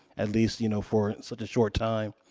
at least you know, for such a short time.